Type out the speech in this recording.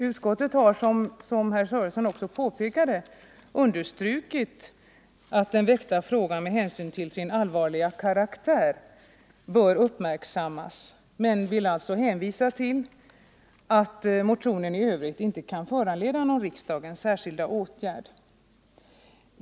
Utskottet har, som herr Sörenson också påpekade, understrukit att den väckta frågan med hänsyn till sin allvarliga natur bör uppmärksammas men vill alltså hänvisa till att motionen i övrigt inte kan föranleda någon riksdagens särskilda åtgärd.